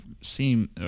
seem